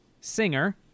singer